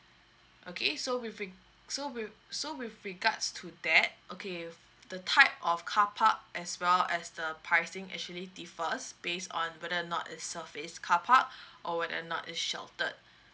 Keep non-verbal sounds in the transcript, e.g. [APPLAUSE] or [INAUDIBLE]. okay so with reg~ so with so with regards to that okay the type of car park as well as the pricing actually differs based on whether or not it's surface car park [BREATH] or whether or not it's sheltered